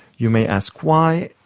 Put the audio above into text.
you may ask why.